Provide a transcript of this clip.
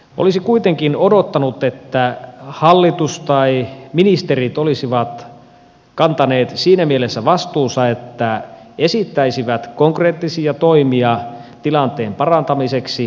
olisi kuitenkin odottanut että hallitus tai ministerit olisivat kantaneet siinä mielessä vastuunsa että esittäisivät konkreettisia toimia tilanteen parantamiseksi